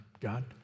God